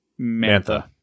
Mantha